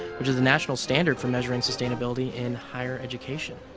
which is the national standard for measuring sustainability in higher education.